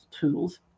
tools